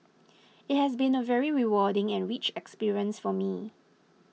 it has been a very rewarding and rich experience for me